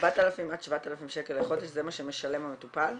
4,000 עד 7,000 שקל לחודש זה מה שמשלם המטופל?